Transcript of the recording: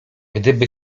gdyby